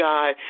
God